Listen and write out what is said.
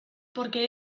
porque